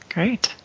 Great